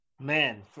Man